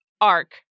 arc